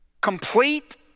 Complete